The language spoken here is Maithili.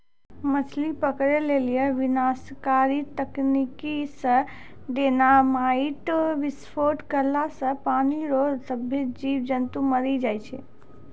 मछली पकड़ै लेली विनाशकारी तकनीकी से डेनामाईट विस्फोट करला से पानी रो सभ्भे जीब जन्तु मरी जाय छै